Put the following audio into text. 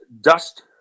dust